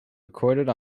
recorded